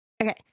Okay